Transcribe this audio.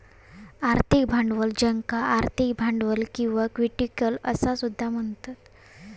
आर्थिक भांडवल ज्याका आर्थिक भांडवल किंवा इक्विटी असा सुद्धा म्हणतत